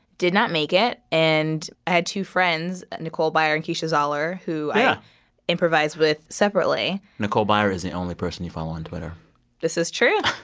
did not make it. and i had two friends nicole byer and keisha zollar who i improvise with separately nicole byer is the only person you follow on twitter this is true.